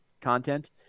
content